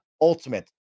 ultimate